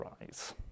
rise